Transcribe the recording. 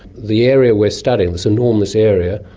the area we're studying, this enormous area,